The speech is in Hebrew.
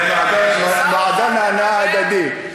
זה מועדון ההנאה ההדדית.